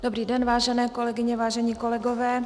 Dobrý den, vážené kolegyně, vážení kolegové.